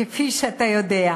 כפי שאתה יודע.